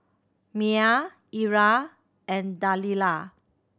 Myah Ira and Delilah